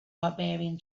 barbarian